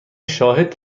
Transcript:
شاهد